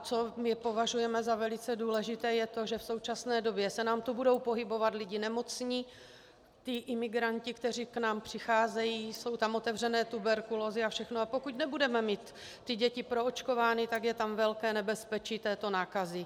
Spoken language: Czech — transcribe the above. Co my považujeme za velice důležité, je to, že v současné době se nám tu budou pohybovat lidi nemocní, imigranti, kteří k nám přicházejí, jsou tam otevřené tuberkulózy a všechno, a pokud nebudeme mít ty děti proočkovány, tak je tam velké nebezpečí této nákazy.